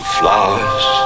flowers